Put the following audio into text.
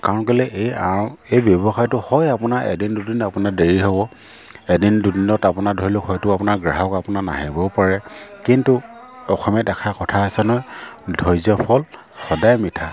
কাৰণ কেলৈ এই আৰ এই ব্যৱসায়টো হয় আপোনাৰ এদিন দুদিন আপোনাৰ দেৰি হ'ব এদিন দুদিনত আপোনাৰ ধৰি লওক হয়তো আপোনাৰ গ্ৰাহক আপোনাৰ নাহিবও পাৰে কিন্তু অসমীয়াত এষাৰ কথা আছে নহয় ধৈৰ্যৰ ফল সদায় মিঠা